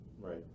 Right